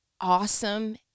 awesome